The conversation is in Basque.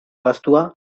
gastua